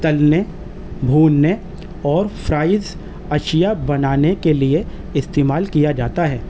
تلنے بھوننے اور فرائز اشیا بنانے کے لیے استعمال کیا جاتا ہے